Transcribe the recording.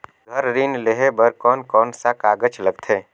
घर ऋण लेहे बार कोन कोन सा कागज लगथे?